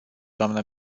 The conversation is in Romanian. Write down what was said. dnă